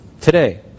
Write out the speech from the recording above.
Today